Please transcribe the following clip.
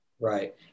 Right